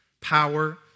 power